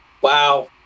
Wow